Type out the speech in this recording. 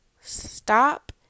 Stop